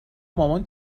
مامان